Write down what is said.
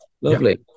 Lovely